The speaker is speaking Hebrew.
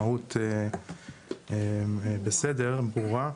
המהות בסדר, ברורה.